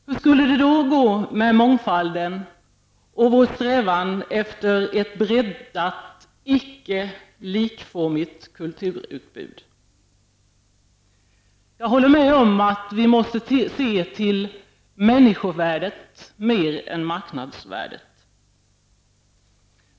Hur skulle det då gå med mångfalden och vår strävan efter ett breddat, icke likformigt kulturutbud? Jag håller med om att vi måste se till människovärdet mer än till marknadsvärdet.